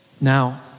Now